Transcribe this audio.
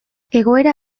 egoera